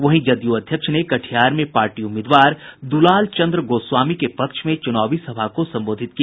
वहीं जदयू अध्यक्ष ने कटिहार में पार्टी उम्मीदवार दुलाल चन्द्र गोस्वामी के पक्ष में चूनावी सभा को संबोधित किया